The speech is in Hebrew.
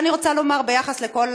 אבל אני רוצה לומר ביחס לכל